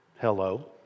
Hello